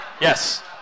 Yes